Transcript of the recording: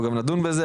אנחנו נדון בזה,